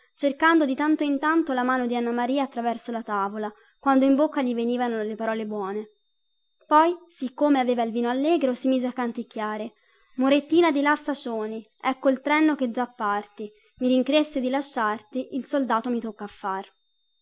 cercando di tanto in tanto la mano di anna maria attraverso la tavola quando in bocca gli venivano le parole buone poi siccome aveva il vino allegro si mise a canticchiare morettina di la stacioni ecco il trenno che già parti mi rincresse di lasciarti il soldato mi toccaffar